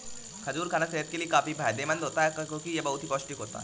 खजूर खाना सेहत के लिए काफी फायदेमंद होता है क्योंकि यह बहुत ही पौष्टिक होता है